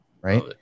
right